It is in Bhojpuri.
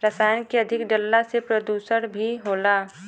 रसायन के अधिक डलला से प्रदुषण भी होला